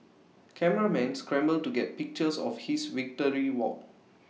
cameramen scramble to get pictures of his victory walk